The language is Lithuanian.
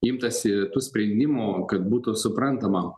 imtasi tų sprendimų kad būtų suprantama